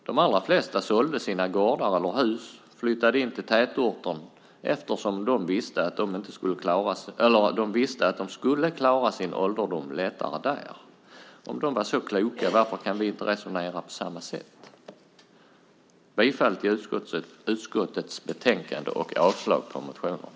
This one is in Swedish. De allra flesta sålde sina gårdar eller hus och flyttade in till tätorten eftersom de visste att de skulle klara sin ålderdom lättare där. Om de var så kloka, varför kan vi inte resonera på samma sätt? Jag yrkar bifall till förslaget i utskottets betänkande och avslag på motionerna.